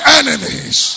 enemies